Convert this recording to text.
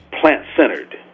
plant-centered